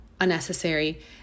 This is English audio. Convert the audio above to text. unnecessary